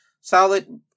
Solid